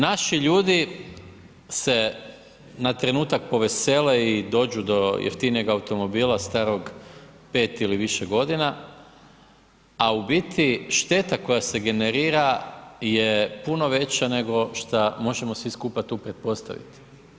Naši ljudi se na trenutak povesele i dođu do jeftinijeg automobila starog 5 ili više godina, a u biti šteta koja se generira je puno veća nego šta možemo svi skupa tu pretpostaviti.